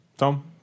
Tom